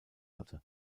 hatte